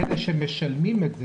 אלה שמשלמים את זה,